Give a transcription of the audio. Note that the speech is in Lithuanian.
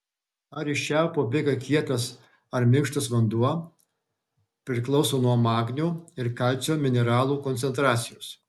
ar iš čiaupo bėga kietas ar minkštas vanduo priklauso nuo magnio ir kalcio mineralų koncentracijos